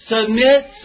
submit